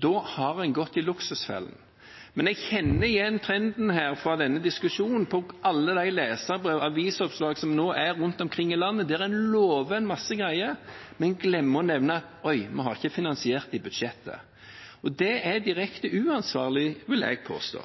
Da har en gått i luksusfellen. Men jeg kjenner igjen trenden i denne diskusjonen fra alle leserbrev og avisoppslag som er rundt omkring i landet, der en lover en masse greier, men glemmer å nevne: Oi, vi har ikke finansiert det i budsjettet. Det er direkte uansvarlig, vil jeg påstå.